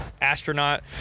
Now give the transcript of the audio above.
astronaut